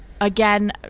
again